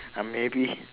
ah maybe